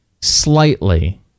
slightly